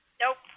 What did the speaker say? Nope